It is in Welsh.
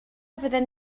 fydden